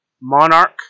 Monarch